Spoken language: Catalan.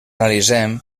analitzem